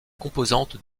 composantes